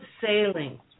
sailing